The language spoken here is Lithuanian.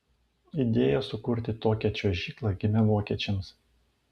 idėja sukurti tokią čiuožyklą gimė vokiečiams